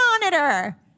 monitor